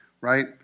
right